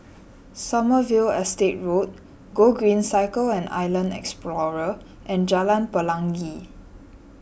Sommerville Estate Road Gogreen Cycle and Island Explorer and Jalan Pelangi